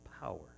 power